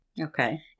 Okay